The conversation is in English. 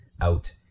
out